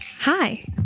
Hi